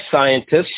scientists